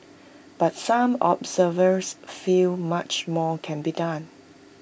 but some observers feel much more can be done